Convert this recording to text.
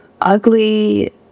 ugly